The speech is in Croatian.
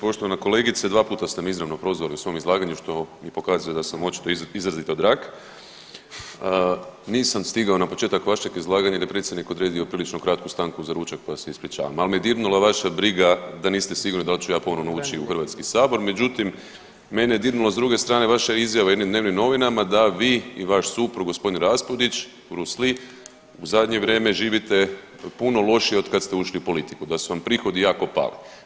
Poštovana kolegice, dva puta ste me izravno prozvali u svom izlaganju, što mi pokazuje da sam očito izrazito drag, nisam stigao na početak vašeg izlaganja jer je predsjednik odredio prilično kratku stanku za ručak pa se ispričavam, ali me dirnula vaša briga da niste sigurni da li ću ja ponovno ući u HS, međutim, mene je dirnulo, s druge strane, vaša izjava jednim dnevnim novinama da vi i vaš suprug, g. Raspudić, Bruce Lee, u zadnje vrijeme živite puno lošije od kad ste ušli u politiku, da su vam prihodi jako pali.